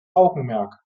augenmerk